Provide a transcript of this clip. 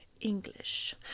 English